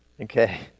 okay